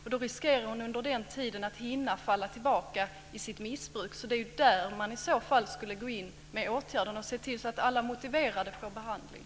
Under den tiden riskerar hon att falla tillbaka i sitt missbruk. Det är i så fall där man borde gå in med åtgärder; man borde se till att alla motiverade får behandling.